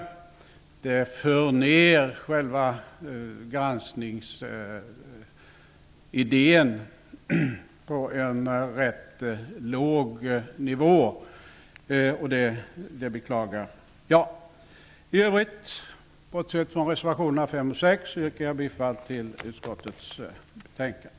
Det för ner själva granskningsidéen på en rätt låg nivå. Det beklagar jag. Med undantag av reservationerna 5 och 6 yrkar jag att utskottets anmälan godkänns.